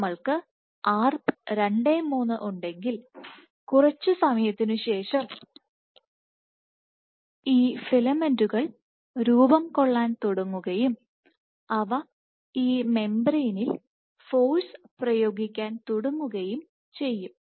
നമ്മൾക്കു Arp 23 ഉണ്ടെങ്കിൽ കുറച്ച് സമയത്തിനുശേഷം ഈ ഫിലമെന്റുകൾ രൂപം കൊള്ളാൻ തുടങ്ങുകയും അവ ഈ മെംബ്രേയ്നിൽ ഫോഴ്സ് പ്രയോഗിക്കാൻ തുടങ്ങുകയും ചെയ്യും